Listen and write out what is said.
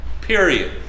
period